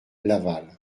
laval